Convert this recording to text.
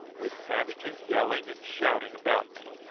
with savages yelling and shouting about me,